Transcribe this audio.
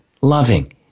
loving